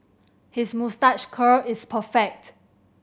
his moustache curl is perfect